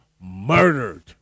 murdered